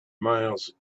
miles